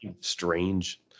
strange